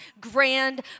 grand